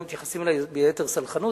הערת את ההערה שלך.